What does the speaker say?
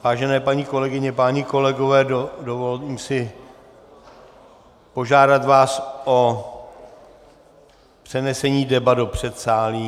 Vážené paní kolegyně, vážení páni kolegové, dovolím si požádat vás o přenesení debat do předsálí.